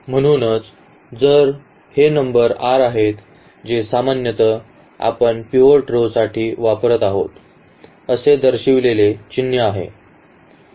म्हणूनच जर हे नंबर r आहेत जे सामान्यत आपण पिव्होट row साठी वापरत आहोत असे दर्शविलेले चिन्ह आहे